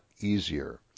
easier